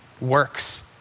works